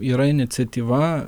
yra iniciatyva